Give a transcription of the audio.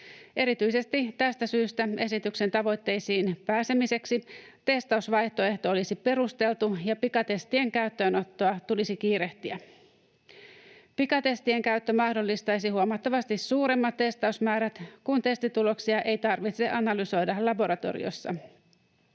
Erityisesti tästä syystä esityksen tavoitteisiin pääsemiseksi testausvaihtoehto olisi perusteltu, ja pikatestien käyttöönottoa tulisi kiirehtiä. Pikatestien käyttö mahdollistaisi huomattavasti suuremmat testausmäärät, kun testituloksia ei tarvitse analysoida laboratoriossa.